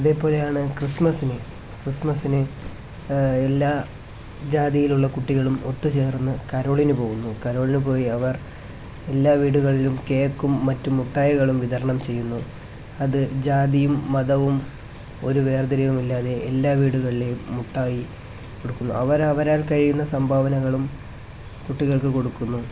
അതേപോലെയാണ് ക്രിസ്മസിന് ക്രിസ്മസിന് എല്ലാ ജാതിയിലുള്ള കുട്ടികളും ഒത്തു ചേര്ന്നു കരോളിനു പോകുന്നു കരോളിനു പോയി അവര് എല്ലാ വീടുകളിലും കേക്കും മറ്റും മുട്ടായികളും വിതരണം ചെയ്യുന്നു അത് ജാതിയും മതവും ഒരു വേര്തിരിവുമില്ലാതെ എല്ലാ വീടുകളിലെയും മുട്ടായി കൊടുക്കുന്നു അവർ അവരാല് കഴിയുന്ന സംഭാവനകളും കുട്ടികള്ക്ക് കൊടുക്കുന്നു